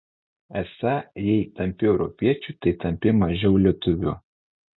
esą jei tampi europiečiu tai tampi mažiau lietuviu